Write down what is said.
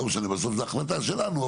לא משנה בסוף זו החלטה שלנו,